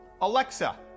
Alexa